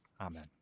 Amen